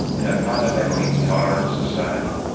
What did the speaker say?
and a fundamentally tolerant society.